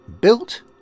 built